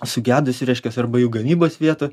sugedusių reiškias arba jų gamybos vietų